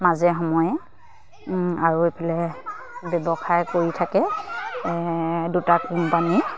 মাজে সময়ে আৰু এইফালে ব্যৱসায় কৰি থাকে দুটা কোম্পানীৰ